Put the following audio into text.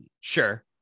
Sure